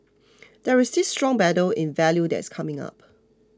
there is this strong battle in value that is coming up